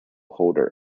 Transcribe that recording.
holder